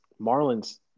Marlins –